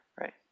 right